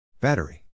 Battery